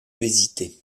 hésiter